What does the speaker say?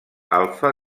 alfa